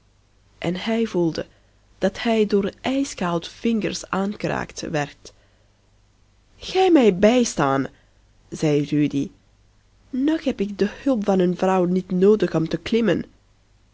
en hij voelde dat hij door ijskoude vingers aangeraakt werd gij mij bijstaan zei rudy nog heb ik de hulp van een vrouw niet noodig om te klimmen